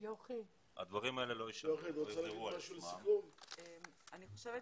אבל מצד